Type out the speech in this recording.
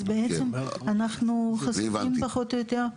אז אנחנו חשופים פחות או יותר לאותם דברים.